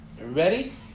Ready